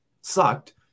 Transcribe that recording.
sucked